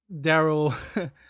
Daryl